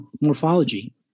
morphology